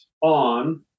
on